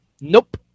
Nope